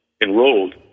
enrolled